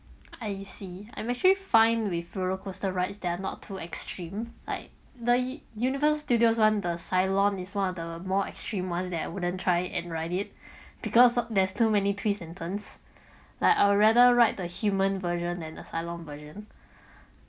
I see I'm actually fine with roller coaster rides that are not too extreme like the universal studios one the cyclone is one of the more extreme ones that I wouldn't try and ride it because there's too many twists and turns like I would rather ride the human version and the cyclone version